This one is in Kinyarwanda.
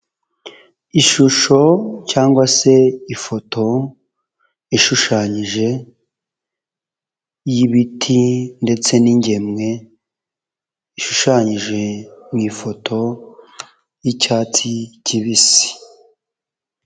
Ishusho cyangwa se ifoto ishushanyije y'ibiti ndetse n'ingemwe ishushanyije mu ifoto y'icyatsi kibisi.